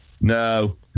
No